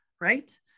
right